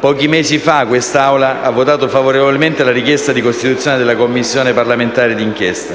Pochi mesi fa questa Assemblea ha votato favorevolmente alla richiesta di costituzione della Commissione parlamentare d'inchiesta.